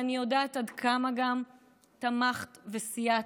ואני יודעת עד כמה גם תמכת וסייעת,